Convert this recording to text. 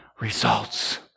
results